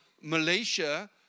Malaysia